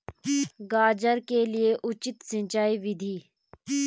गाजर के लिए उचित सिंचाई विधि?